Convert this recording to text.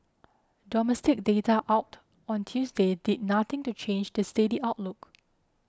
domestic data out on Tuesday did nothing to change the steady outlook